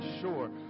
sure